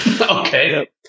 Okay